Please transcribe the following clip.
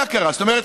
זאת אומרת,